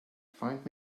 find